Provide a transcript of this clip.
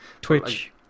Twitch